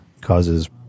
causes